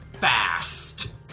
fast